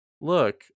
look